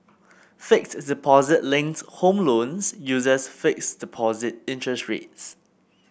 fixed deposit linked home loans uses fixed deposit interest rates